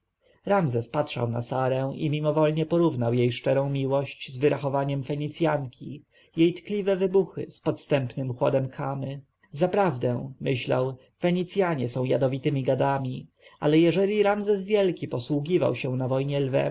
ramzes patrzył na sarę i mimowoli porównywał jej szczerą miłość z wyrachowaniem fenicjanki jej tkliwe wybuchy z podstępnym chłodem kamy zaprawdę myślał fenicjanie są jadowitemi gadami ale jeżeli ramzes wielki posługiwał się na wojnie lwem